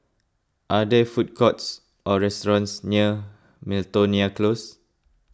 are there food courts or restaurants near Miltonia Close